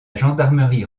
gendarmerie